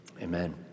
amen